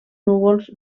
núvols